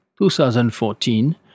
2014